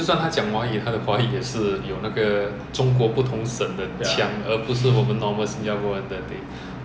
raise your voice probably there is a peak over there but when we speak normally it is within the range